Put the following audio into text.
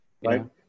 right